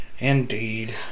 Indeed